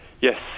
Yes